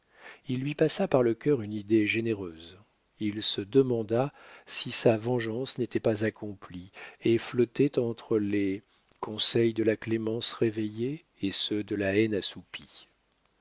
il lui passa par le cœur une idée généreuse il se demanda si sa vengeance n'était pas accomplie et flottait entre les conseils de la clémence réveillée et ceux de la haine assoupie